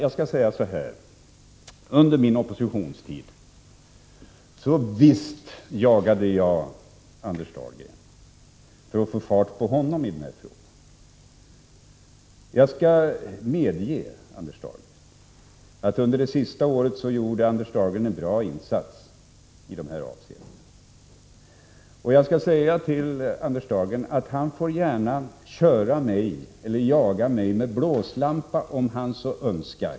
Låt mig säga att jag under min oppositionstid visst jagade Anders Dahlgren för att få fart på honom i dessa frågor. Jag skall medge att Anders Dahlgren under det sista året i regeringen gjorde en bra insats. Jag vill också säga till Anders Dahlgren att han gärna får jaga mig med blåslampa om han så önskar.